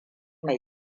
mai